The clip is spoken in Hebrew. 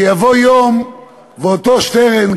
שיבוא יום ואותו שטרן,